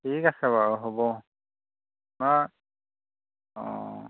ঠিক আছে বাৰু হ'ব অঁ